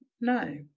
No